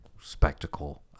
spectacle